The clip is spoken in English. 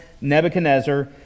Nebuchadnezzar